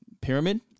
pyramid